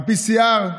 ה-PCR,